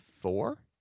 four